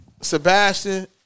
Sebastian